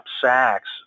sacks